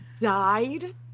Died